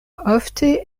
ofte